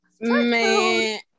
Man